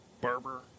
Barber